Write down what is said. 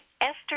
Esther